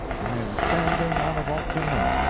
i am standing on a volcano.